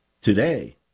Today